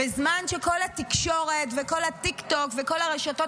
בזמן שכל התקשורת וכל טיקטוק וכל הרשתות